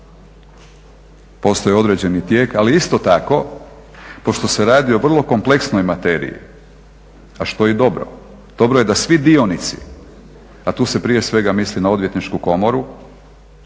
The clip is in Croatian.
postoji određeni tijek. Ali isto tako, pošto se radi o vrlo kompleksnoj materiji, a što je i dobro, dobro je da svi dionici a tu se prije svega misli na Odvjetničku komoru,